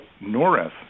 Norris